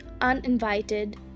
uninvited